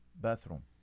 bathroom